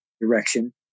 direction